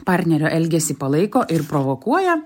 partnerio elgesį palaiko ir provokuoja